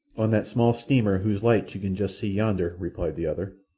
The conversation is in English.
on that small steamer whose lights you can just see yonder, replied the other.